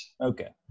Okay